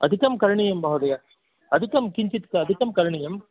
अधिका करणीया महोदय अधिकं किञ्चित् अधिका करणीया